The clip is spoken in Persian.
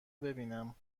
ببینم